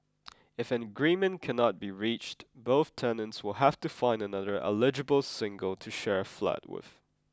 if an agreement cannot be reached both tenants will have to find another eligible single to share a flat with